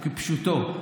כפשוטו,